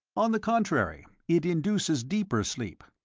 on the contrary, it induces deeper sleep.